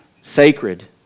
Sacred